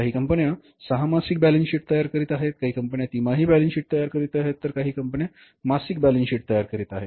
काही कंपन्या सहा मासिक बॅलन्स शीट तयार करीत आहेत काही कंपन्या तिमाही बॅलन्स शीट तयार करीत आहेत तर काही कंपन्या मासिकबॅलन्स शीट तयार करीत आहेत